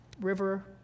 River